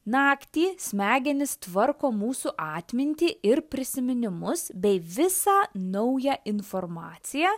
naktį smegenys tvarko mūsų atmintį ir prisiminimus bei visą naują informaciją